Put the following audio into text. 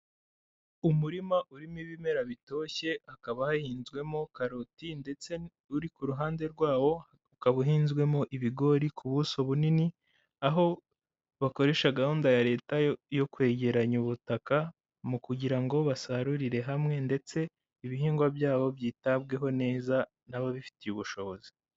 Umurima urimo ibimera bitoshye hakaba hahinzwemo karoti ndetse uri kuruhande rwawo ukaba uhinzwemo ibigori ku buso bunini, aho bakoresha gahunda ya Leta yo kwegeranya ubutaka mu kugira ngo basarurire hamwe ndetse ibihingwa byabo byitabweho neza n'ababifitiye ubushobozi.